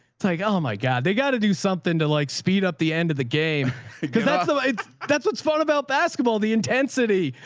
it's like, oh my god, they gotta do something to like speed up the end of the game because that's the way that's, what's fun about basketball, the intensity,